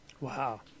Wow